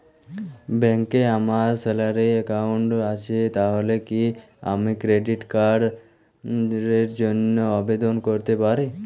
ব্যাংকে আমার salary account আছে তাহলে কি আমি ক্রেডিট কার্ড র জন্য আবেদন করতে পারি?